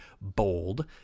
bold